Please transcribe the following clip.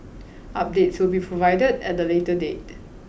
updates will be provided at a later date